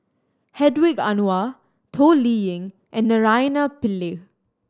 Hedwig Anuar Toh Liying and Naraina Pillai